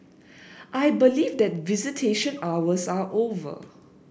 I believe that visitation hours are over